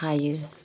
खायो